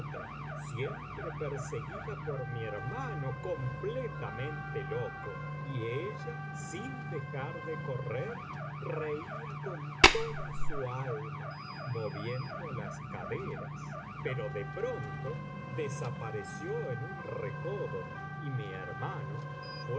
siempre perseguida por mi hermano completamente loco y ella sin dejar de correr reía con toda su alma moviendo las caderas pero de pronto desapareció en un recodo y mi hermano